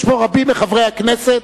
יש פה רבים מחברי הכנסת,